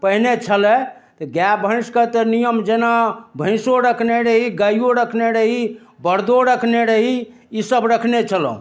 पहिने छलै तऽ गाय भैँसके तऽ नियम जेना भैँसो रखने रही गायो रखने रही बरदो रखने रही ई सभ रखने छलहुॅं